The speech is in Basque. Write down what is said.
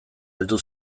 heldu